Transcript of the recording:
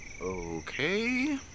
Okay